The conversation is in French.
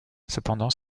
cependant